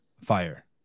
fire